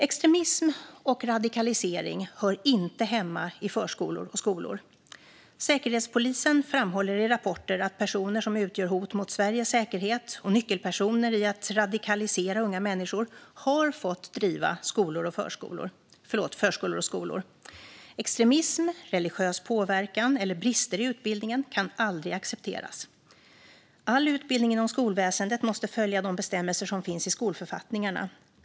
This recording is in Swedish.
Extremism och radikalisering hör inte hemma i förskolor och skolor. Säkerhetspolisen framhåller i rapporter att personer som utgör hot mot Sveriges säkerhet och nyckelpersoner i att radikalisera unga människor har fått driva förskolor och skolor. Extremism, religiös påverkan eller brister i utbildningen kan aldrig accepteras. All utbildning inom skolväsendet måste följa de bestämmelser som finns i skolförfattningarna.